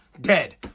dead